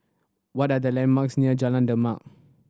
what are the landmarks near Jalan Demak